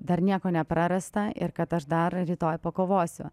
dar nieko neprarasta ir kad aš dar rytoj pakovosiu